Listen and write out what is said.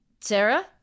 Sarah